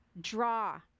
draw